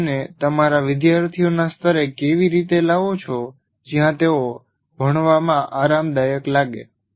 તમે તેને તમારા વિદ્યાર્થીઓના સ્તરે કેવી રીતે લાવો છો જ્યાં તેઓ ભણવામાં આરામદાયક લાગે